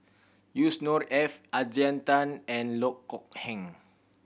Yusnor Ef Adrian Tan and Loh Kok Heng